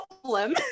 problem